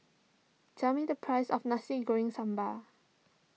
tell me the price of Nasi Goreng Sambal